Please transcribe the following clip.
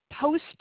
Post